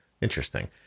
Interesting